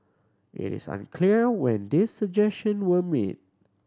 it is unclear when these suggestion were made